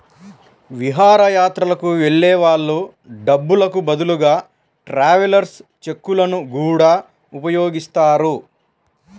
విహారయాత్రలకు వెళ్ళే వాళ్ళు డబ్బులకు బదులుగా ట్రావెలర్స్ చెక్కులను గూడా ఉపయోగిస్తారు